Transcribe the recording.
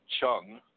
Chung